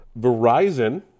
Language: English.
Verizon